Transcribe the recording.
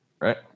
right